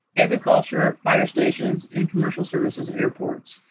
agriculture, fire stations and commercial services airports.